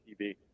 TV